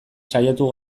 saiatu